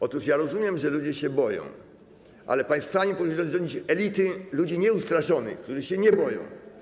Otóż ja rozumiem, że ludzie się boją, ale państwami powinny rządzić elity ludzi nieustraszonych, którzy się nie boją.